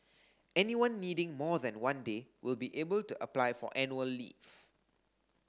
anyone needing more than one day will be able to apply for annual leave